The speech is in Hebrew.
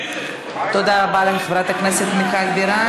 תודה לחברת הכנסת מיכל בירן.